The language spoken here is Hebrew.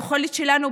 בהחלט, היכולת שלנו,